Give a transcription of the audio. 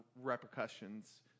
repercussions